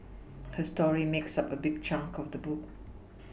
her story makes up a big chunk of the book